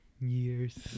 years